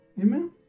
amen